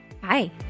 Bye